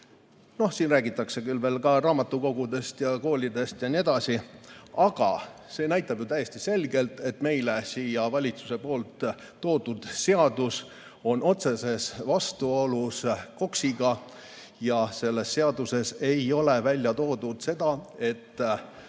Siin räägitakse küll veel ka raamatukogudest ja koolidest jne, aga see näitab ju täiesti selgelt, et meile siia toodud seadus on otseses vastuolus KOKS-iga. Selles seaduseelnõus ei ole välja toodud, et